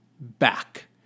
back